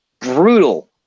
brutal